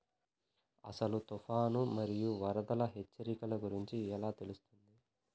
అసలు తుఫాను మరియు వరదల హెచ్చరికల గురించి ఎలా తెలుస్తుంది?